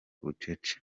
bucece